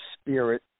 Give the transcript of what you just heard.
spirit